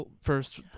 First